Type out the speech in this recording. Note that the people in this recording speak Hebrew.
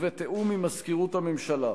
ובתיאום עם מזכירות הממשלה,